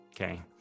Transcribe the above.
okay